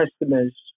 customers